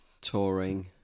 touring